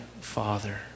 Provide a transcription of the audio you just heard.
father